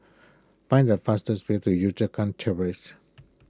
find the fastest way to Yio Chu Kang Terrace